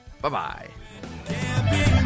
Bye-bye